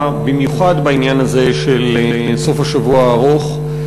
במיוחד בעניין הזה של סוף השבוע הארוך.